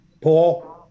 Paul